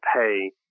pay